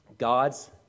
God's